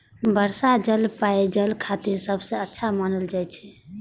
वर्षा जल पेयजल खातिर सबसं स्वच्छ मानल जाइ छै